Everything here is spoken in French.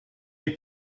est